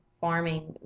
farming